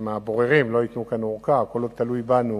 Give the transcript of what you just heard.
אם הבוררים לא ייתנו כאן ארכה, כל עוד תלוי בנו